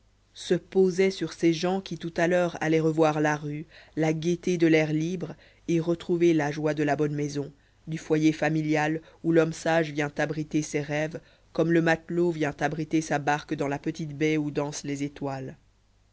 se posaient sur ces gens qui tout à l'heure allaient revoir la rue la gaîté de l'air libre et retrouver la joie de la bonne maison du foyer familial où l'homme sage vient abriter ses rêves comme le matelot vient abriter sa barque dans la petite baie où dansent les étoiles